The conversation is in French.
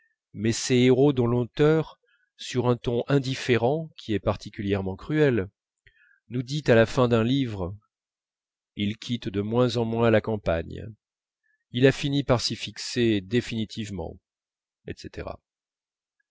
mais ces héros dont l'auteur sur un ton indifférent qui est particulièrement cruel nous dit à la fin d'un livre il quitte de moins en moins la campagne il a fini par s'y fixer définitivement etc